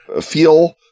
feel